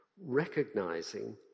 recognizing